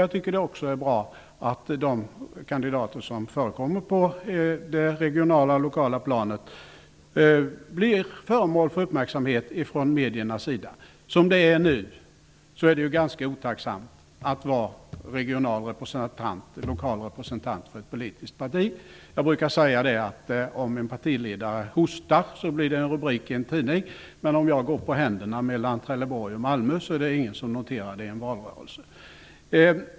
Jag tycker också det är bra att de kandidater som agerar på det regionala och lokala planet blir föremål för uppmärksamhet från massmediernas sida. Nu är det ganska otacksamt att vara lokal representant för ett politiskt parti. Jag brukar säga så här: När min partiledare hostar blir det en rubrik i en tidning. Om jag går på händerna mellan Trelleborg och Malmö är det ingen som noterar det i en valrörelse.